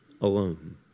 alone